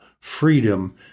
freedom